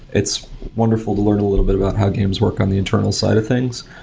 it's wonderful to learn a little bit about how games work on the internal side of things.